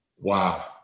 Wow